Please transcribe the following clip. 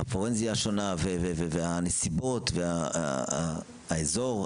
הפורנזיה שונה והנסיבות, והאזור.